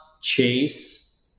chase